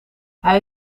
hij